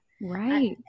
Right